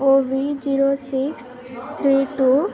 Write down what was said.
O D zero six three two